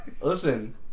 Listen